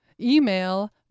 Email